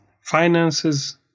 finances